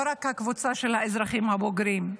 לא רק קבוצת האזרחים הבוגרים.